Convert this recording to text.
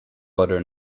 butter